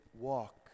walk